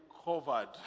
covered